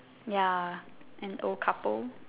ya an old couple